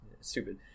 stupid